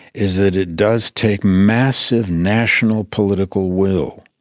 is that it does take massive national political will,